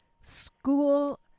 school